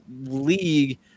league